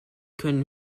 können